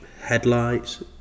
headlights